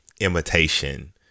imitation